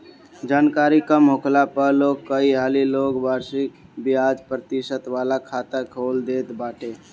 जानकरी कम होखला पअ लोग कई हाली लोग वार्षिक बियाज प्रतिशत वाला खाता खोल देत बाटे